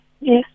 Yes